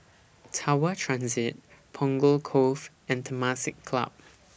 Tower Transit Punggol Cove and Temasek Club